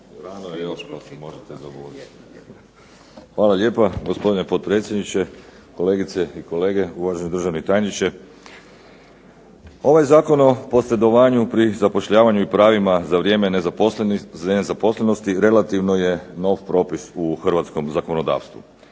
Hvala lijepa. Gospodine potpredsjedniče, kolegice i kolege uvaženi državni tajniče. Ovaj Zakon o posredovanju pri zapošljavanju i pravima za vrijeme nezaposlenosti relativno je nov propis u hrvatskom zakonodavstvu.